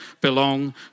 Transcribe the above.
belong